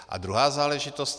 A druhá záležitost.